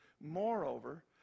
Moreover